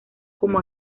como